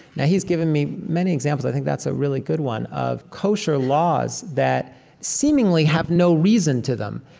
now he's given me many examples i think that's a really good one of kosher laws that seemingly have no reason to them.